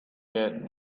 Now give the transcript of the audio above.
yet